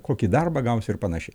kokį darbą gaus ir panašiai